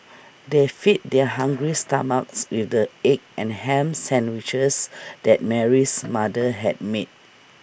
they fed their hungry stomachs with the egg and Ham Sandwiches that Mary's mother had made